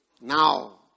Now